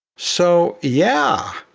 so yeah,